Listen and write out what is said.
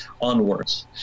onwards